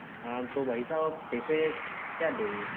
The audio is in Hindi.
हाँ तो भाई साहब आप पैसे क्या लेंगे